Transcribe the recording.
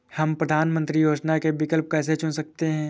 हम प्रधानमंत्री योजनाओं का विकल्प कैसे चुन सकते हैं?